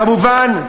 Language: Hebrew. כמובן,